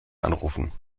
anrufen